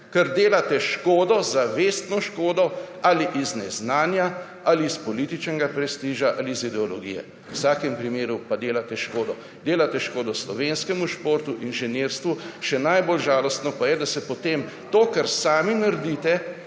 ker delate škodo, zavestno škodo ali iz neznanja ali iz političnega prestiža ali iz ideologije, v vsakem primeru pa delate škodo, delate škodo slovenskemu športu, inženirstvu, še najbolj žalostno pa je, da se potem to kar sami naredite